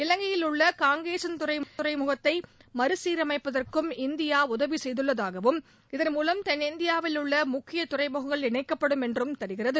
இலங்கையில் உள்ள காங்கேசன்துறை துறைமுகத்தை மறுசீரமைப்பதற்கும் இந்தியா உதவி செய்துள்ளதாகவும் இதன்மூலம் தென்னிந்தியாவில் உள்ள முக்கிய துறைமுகங்கள் இணைக்கப்படும் என்றும் தெரிகிறது